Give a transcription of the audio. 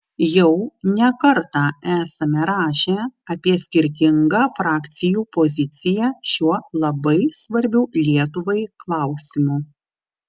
jau ne kartą esame rašę apie skirtingą frakcijų poziciją šiuo labai svarbiu lietuvai klausimu